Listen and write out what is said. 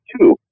two